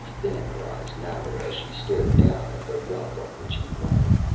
then her eyes narrowed as she stared down at the rug on which he lay.